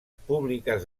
públiques